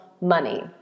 money